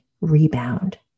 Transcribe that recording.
rebound